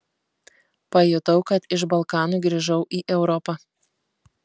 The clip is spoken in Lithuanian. pajutau kad iš balkanų grįžau į europą